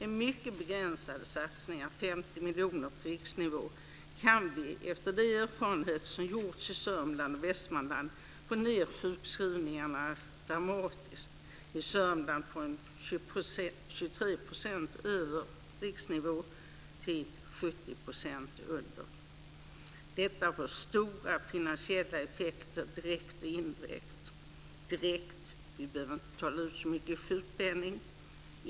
Med mycket begränsade satsningar - 50 miljoner på riksnivå - kan vi, att döma att de erfarenheter som gjorts i Sörmland och Västmanland, få ned sjukskrivningarna dramatiskt. I Sörmland fick man ned sjukskrivningarna från 23 % över riksnivå till 17 % under riksnivå. Detta får stora finansiella effekter direkt och indirekt. Vi behöver inte betala ut så mycket sjukpenning.